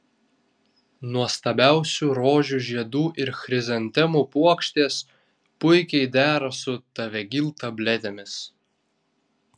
nuostabiausių rožių žiedų ir chrizantemų puokštės puikiai dera su tavegyl tabletėmis